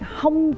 không